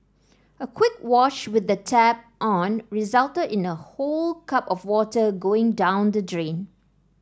a quick wash with the tap on resulted in a whole cup of water going down the drain